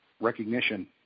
recognition